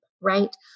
right